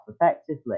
effectively